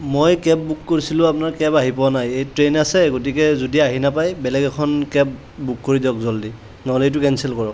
মই cab book কৰিছিলোঁ আপোনাৰ কেব আহি পোৱা নাই এ ট্ৰেইন আছে গতিকে যদি আহি নাপায় বেলেগ এখন কেব বুক কৰি দিয়ক জল্দি নহ'লে এইটো কেঞ্চেল কৰক